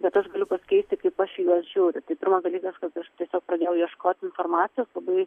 bet aš galiu pasikeisti kaip aš į juos žiūriu tai pirmas dalykas kad aš tiesiog pradėjau ieškot informacijos labai